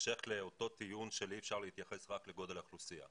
בהמשך לאותו טיעון של אי אפשר להתייחס רק לגודל האוכלוסייה,